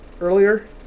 earlier